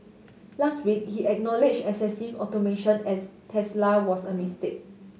last week he acknowledge excessive automation at Tesla was a mistake